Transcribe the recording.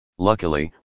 Luckily